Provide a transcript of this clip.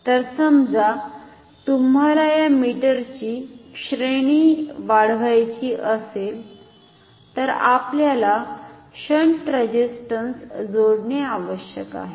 तर समजा तुम्हाला या मीटरची श्रेणी वाढवायची असेल तर आपल्याला शंट रेझिस्टन्स जोडणे आवश्यक आहे